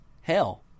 hell